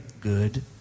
good